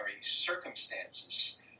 circumstances